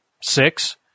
six